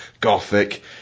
gothic